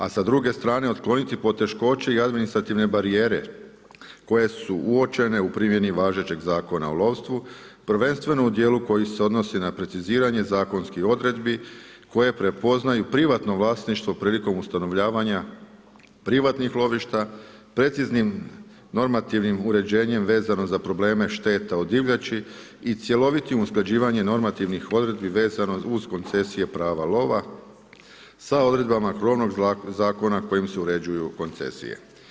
A sa druge strane otkloniti poteškoće i administrativne barijere, koje su uočene u primjeni važećeg zakona o lovstvu, prvenstvenog u dijelu koji se odnosi na preciziranje, zakonskih odredbi koje prepoznaju privatno vlasništvo prilikom ustanovljavanja privatnih lovišta, preciznim normativnim uređenjem vezano za probleme šteta od divljači i cjelovitih usklađivanjem normativnih odredbi, vezanih uz koncesije prava lova sa odredbama krovnog zakona kojim se uređuju koncesije.